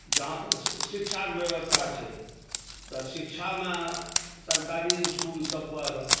जहाँ तक शिक्षाके व्यवस्था छै तऽ शिक्षामे सरकारी इसकुलसभ पर